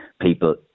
people